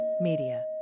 Media